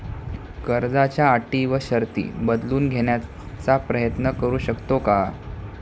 कर्जाच्या अटी व शर्ती बदलून घेण्याचा प्रयत्न करू शकतो का?